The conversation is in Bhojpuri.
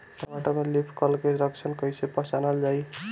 टमाटर में लीफ कल के लक्षण कइसे पहचानल जाला?